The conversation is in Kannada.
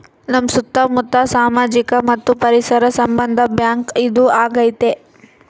ನಮ್ ಸುತ್ತ ಮುತ್ತ ಸಾಮಾಜಿಕ ಮತ್ತು ಪರಿಸರ ಸಂಬಂಧ ಬ್ಯಾಂಕ್ ಇದು ಆಗೈತೆ